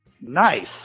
Nice